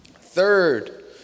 Third